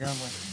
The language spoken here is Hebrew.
לגמרי.